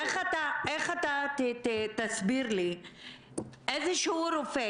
תסביר לי על רופא,